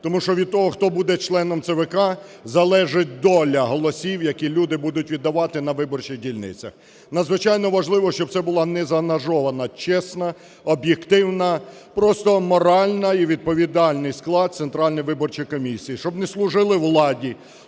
тому що від того, хто буде членом ЦВК, залежить доля голосів, які люди будуть віддавати на виборчих дільницях. Надзвичайно важливо, щоб це була незаангажована, чесна, об'єктивна, просто моральна і відповідальний склад Центральної виборчої комісії, щоб не служили владі,